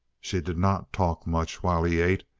she did not talk much while he ate,